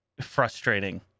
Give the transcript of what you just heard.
frustrating